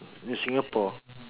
in Singapore